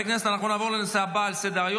הצעת החוק לייעול האכיפה והפיקוח העירוניים